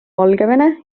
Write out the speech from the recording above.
valgevene